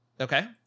okay